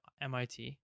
MIT